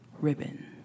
ribbon